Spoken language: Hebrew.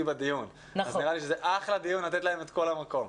בדיון אז נראה לי שזה אחלה דיון לתת להם את כל המקום.